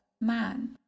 man